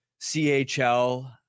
CHL